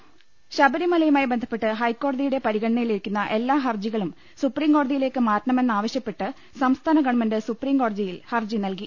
ൾ ൽ ൾ ശബരിമലയുമായി ബന്ധപ്പെട്ട് ഹൈക്കോടതിയുടെ പരിഗണന യിലിരിക്കുന്ന എല്ലാ ഹർജികളും സുപ്രീം കോടതിയിലേക്ക് മാറ്റണ മെന്നാവശൃപ്പെട്ട് സംസ്ഥാന ഗവൺമെന്റ് സുപ്രീംകോടതിയിൽ ഹർജി നൽകി